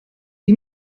sie